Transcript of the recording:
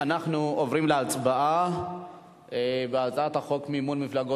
אנחנו עוברים להצבעה על הצעת חוק מימון מפלגות